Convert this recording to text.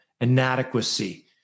inadequacy